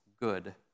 Good